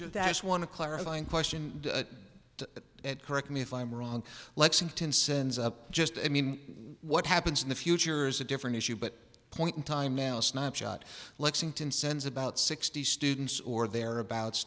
that's one of clarifying question correct me if i'm wrong lexington sends up just i mean what happens in the future is a different issue but point in time now snapshot lexington sends about sixty students or thereabouts